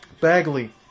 Bagley